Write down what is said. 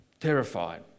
terrified